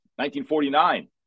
1949